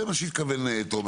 הוא רוצה לבדוק את זה.